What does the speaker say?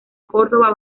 córdoba